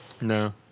No